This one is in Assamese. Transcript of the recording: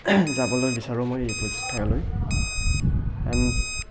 যাবলৈ বিচাৰোঁ মই এইবোৰ ঠাইলৈ এণ্ড